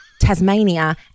Tasmania